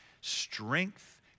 strength